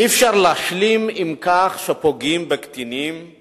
אי-אפשר להשלים עם כך שפוגעים בקטינים או